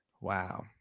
Wow